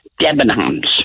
Debenhams